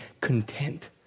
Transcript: content